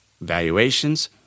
valuations